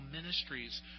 ministries